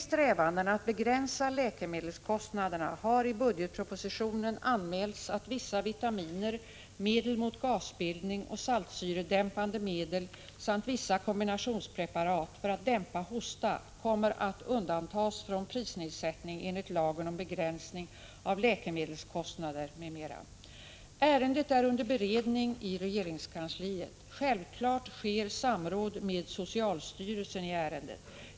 Ärendet är under beredning i regeringskansliet. Självfallet sker samråd med socialstyrelsen i ärendet.